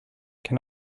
can